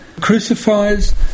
crucifies